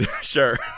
Sure